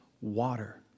water